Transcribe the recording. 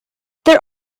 there